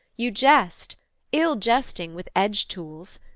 you jest ill jesting with edge-tools!